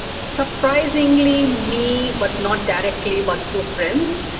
surprisingly me but not directly but through friends.